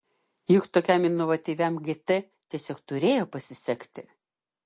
juk tokiam inovatyviam gt tiesiog turėjo pasisekti